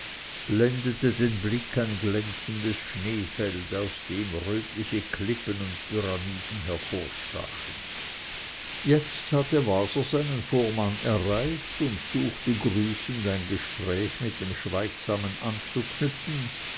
blendete den blick ein glänzendes schneefeld aus dem rötliche klippen und pyramiden hervorstachen jetzt hatte waser seinen vormann erreicht und suchte grüßend ein gespräch mit dem schweigsamen anzuknüpfen